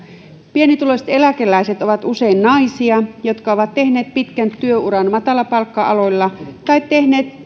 pienituloiset eläkeläiset ovat usein naisia jotka ovat tehneet pitkän työuran matalapalkka aloilla tai tehneet